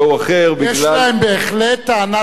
יש להם בהחלט טענה צודקת.